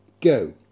Go